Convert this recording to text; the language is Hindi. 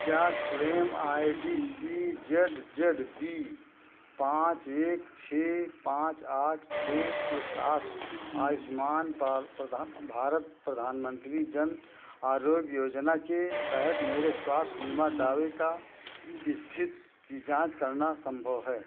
क्या claim I D C Z Z B पाँच एक छः पाँच आठ छः के साथ आयुष्मान भारत प्रधानमंत्री जन आरोग्य योजना के तहत मेरे स्वास्थ्य बीमा दावे का स्थिति की जाँच करना संभव है